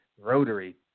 rotary